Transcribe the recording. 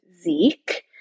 Zeke